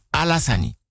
alasani